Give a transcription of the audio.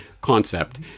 concept